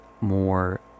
more